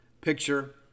picture